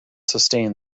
sustain